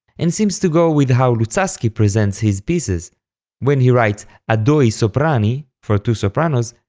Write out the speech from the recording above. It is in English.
and seems to go with how luzzaschi presents his pieces when he writes a doi soprani, for two sopranos,